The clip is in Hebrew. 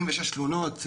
26 תלונות,